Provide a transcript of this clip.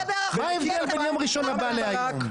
מה ההבדל בין יום ראשון הבא להיום?